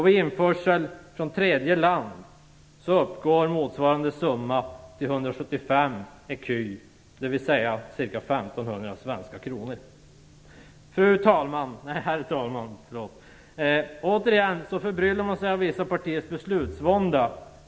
Vid införsel från tredje land uppgår motsvarande summa till 175 Herr talman! Återigen är jag förbryllad över vissa partiers beslutsvånda.